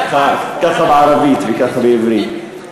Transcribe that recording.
ככה בערבית, וככה בעברית.